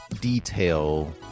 detail